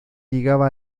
llegaba